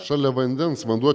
šalia vandens vanduo